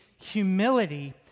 humility